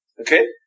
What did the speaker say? Okay